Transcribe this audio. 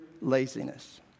laziness